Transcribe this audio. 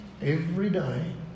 everyday